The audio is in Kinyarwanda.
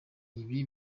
ibiki